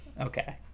Okay